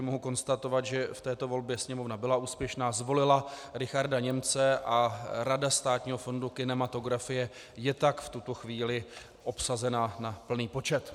Mohu konstatovat, že v této volbě Sněmovna byla úspěšná, zvolila Richarda Němce a Rada Státního fondu kinematografie je tak v tuto chvíli obsazená na plný počet.